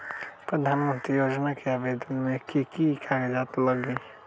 प्रधानमंत्री योजना में आवेदन मे की की कागज़ात लगी?